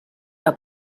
era